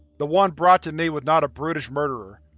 the one brought to me was not a brutish murderer,